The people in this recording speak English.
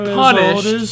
punished